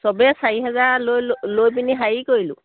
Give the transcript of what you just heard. চবেই চাৰি হেজাৰ লৈ ল লৈ পিনি হেৰি কৰিলো